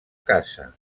caça